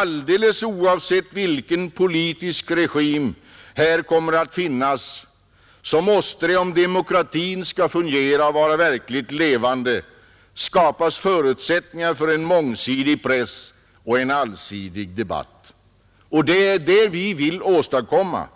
Alldeles oavsett vilken politisk regim här kommer att finnas måste det, om demokratin skall fungera och vara verkligt levande, skapas förutsättningar för en mångsidig press och en allsidig debatt. Det är detta vi vill åstadkomma.